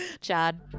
Chad